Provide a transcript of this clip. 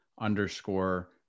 underscore